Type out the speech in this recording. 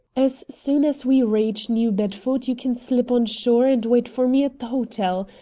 as soon as we reach new bedford you can slip on shore and wait for me at the hotel.